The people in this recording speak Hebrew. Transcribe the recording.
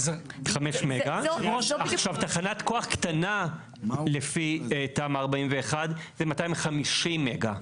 עכשיו, תחנת כוח קטנה לפי תמ"א 41 זה 250 מגה.